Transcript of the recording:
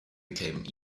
became